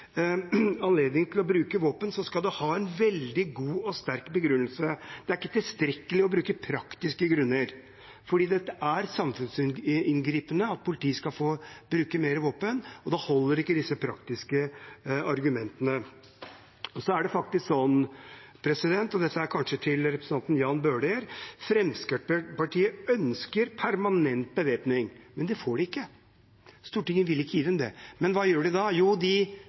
anledning til å bruke mer våpen, skal det ha en veldig god og sterk begrunnelse. Det er ikke tilstrekkelig med praktiske grunner, for det er samfunnsinngripende at politiet skal få bruke mer våpen, og da holder ikke disse praktiske argumentene. Så er det faktisk sånn, og dette er kanskje til representanten Jan Bøhler: Fremskrittspartiet ønsker permanent bevæpning, men det får de ikke. Stortinget vil ikke gi dem det. Hva gjør de da? Jo, de